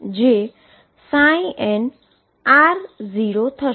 જે nr0 થશે